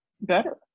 better